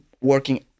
working